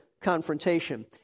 confrontation